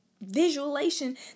visualization